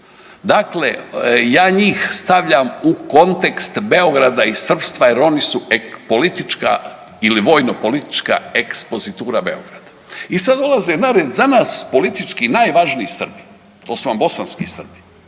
Dakle ja njih stavljam u kontekst Beograda i srpstva jer oni su politička ili vojnopolitička ekspozitura Beograda. I sada dolaze na red za nas politički najvažniji Srbi, to su vam bosanski Srbi.